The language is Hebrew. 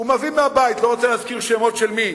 הוא מביא מהבית, לא רוצה להזכיר שמות של מי.